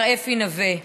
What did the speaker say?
מר אפי נווה.